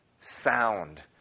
sound